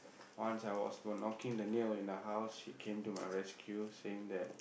once I was knocking the nail in my house she came to my rescue saying that